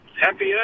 happy